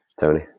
Tony